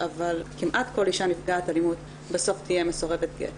אבל כמעט כל אשה נפגעת אלימות בסוף תהיה מסורבת גט.